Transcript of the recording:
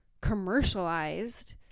commercialized